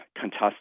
contest